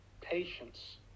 patience